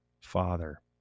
father